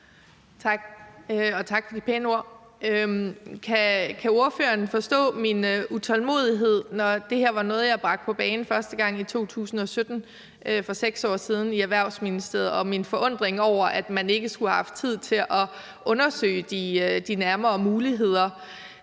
tak for de pæne ord. Kan ordføreren forstå min utålmodighed, når det her var noget, jeg bragte på bane første gang i 2017 – for 6 år siden – i Erhvervsministeriet, og min forundring over, at man ikke skulle have haft tid til at undersøge de nærmere muligheder?